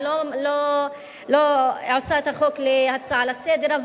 אני לא עושה את החוק להצעה לסדר,